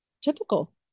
Typical